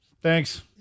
Thanks